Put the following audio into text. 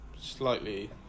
slightly